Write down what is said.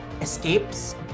escapes